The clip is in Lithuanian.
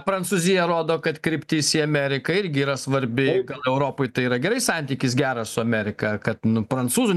prancūzija rodo kad kryptis į ameriką irgi yra svarbi europoj tai yra gerai santykis geras su amerika kad nu prancūzų